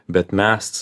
bet mes